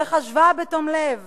וחשבה בתום לב